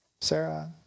Sarah